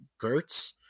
Gertz